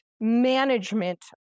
management